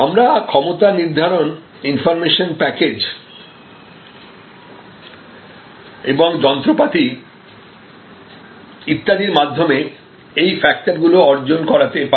আমরা ক্ষমতা নির্ধারণ ইনফর্মেশন প্যাকেজ এবং যন্ত্রপাতি ইত্যাদির মাধ্যমে এই ফ্যাক্টর গুলো অর্জন করতে পারি